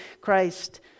christ